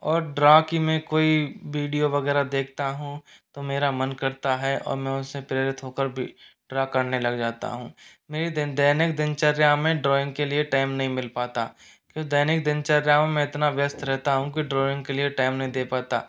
और ड्रा की मैं कोई बीडियो वगैरह देखता हूँ तो मेरा मन करता है और मैं उससे प्रेरित होकर भी ड्रा करने लग जाता हूँ मेरी दिन दैनिक दिनचर्या में ड्राइंग के लिए टाइम नहीं मिल पाता कि दैनिक दिनचर्याओं में इतना व्यस्त रहता हूँ की ड्राइंग के लिए टाइम नहीं दे पाता